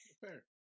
Fair